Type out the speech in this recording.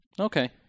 Okay